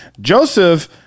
Joseph